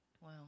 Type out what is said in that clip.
Wow